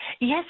Yes